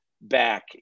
back